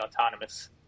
autonomous